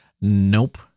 Nope